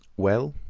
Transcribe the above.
well?